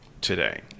today